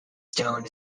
stone